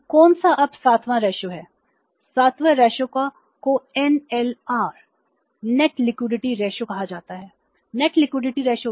तो कौन सा अब सातवां रेशों